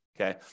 Okay